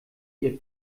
ihr